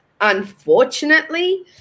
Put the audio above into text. unfortunately